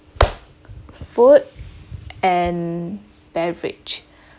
food and beverage